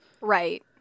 Right